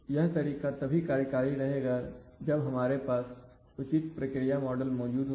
तो यह तरीका तभी कार्यकारी होगा जब हमारे पास उचित प्रक्रिया मॉडल मौजूद हो